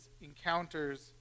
encounters